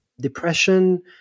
depression